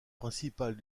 principale